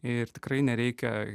ir tikrai nereikia